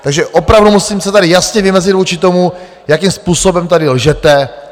Takže opravdu musím se tady jasně vymezit vůči tomu, jakým způsobem tady lžete.